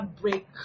break